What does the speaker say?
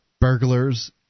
burglars